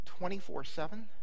24-7